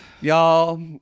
Y'all